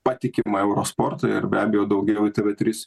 patikimą euro sportą ir be abejo daugiau į tv tris